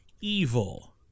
evil